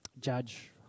judge